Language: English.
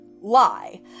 lie